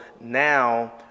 now